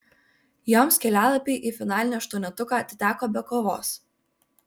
joms kelialapiai į finalinį aštuonetuką atiteko be kovos